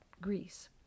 Greece